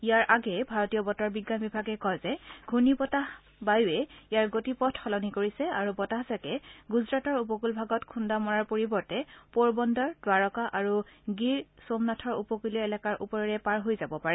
ইয়াৰ আগেয়ে ভাৰতীয় বতৰ বিজ্ঞান বিভাগে কয় যে ঘূৰ্ণিবতাহ বায়ুৱে ইয়াৰ গতিপথ সলনি কৰিছে আৰু বতাহজাকে গুজৰাটৰ উপকুল ভাগত খুন্দামৰাৰ পৰিৱৰ্তে পোৰবন্দৰ দ্বাৰকা আৰু গীৰ সোমনাথৰ উপকূলীয় এলেকাৰ ওপৰেৰে পাৰ হৈ যাব পাৰে